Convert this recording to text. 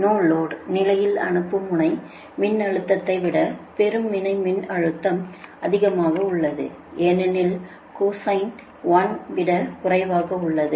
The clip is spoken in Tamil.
நோலோடு நிலையில் அனுப்பும் முனை மின்னழுத்தத்தை விட பெரும் முனை மின்னழுத்தம் அதிகமாக உள்ளது ஏனெனில் கொசைன் 1 விட குறைவாக உள்ளது